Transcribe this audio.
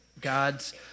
God's